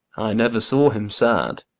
never saw him sad.